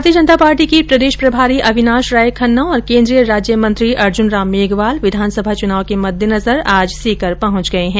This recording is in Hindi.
भारतीय जनता पार्टी के प्रदेश प्रभारी अविनाश राय खन्ना और केन्द्रीय राज्य मंत्री अर्जुन राम मेघवाल विधानसभा चुनाव के मददेनजर आज सीकर पहंच गये है